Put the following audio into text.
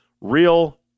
real